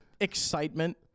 Excitement